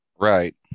Right